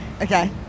Okay